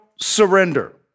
surrender